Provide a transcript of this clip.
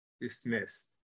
dismissed